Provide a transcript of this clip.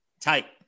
Tight